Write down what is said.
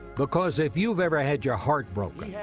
because if you've ever had your heart broken, yeah